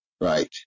right